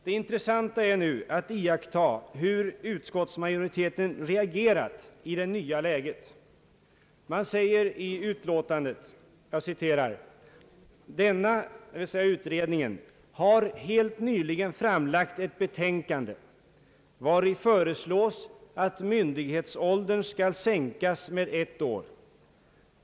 Det intressanta är nu att iaktta hur utskottsmajoriteten reagerat i det nya läget. Man säger i utlåtandet: »Denna» — d. Vv. s. utredningen — »har helt nyligen framlagt ett betänkande, vari föreslås att myndighetsåldern skall sänkas med ett år.